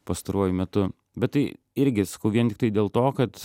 pastaruoju metu bet tai irgi vien tiktai dėl to kad